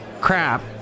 crap